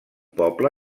poble